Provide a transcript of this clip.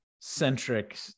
centric